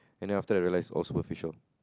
and then after that I realise all superficial